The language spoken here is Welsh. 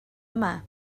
yma